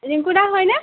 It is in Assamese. ৰিংকুদা হয়নে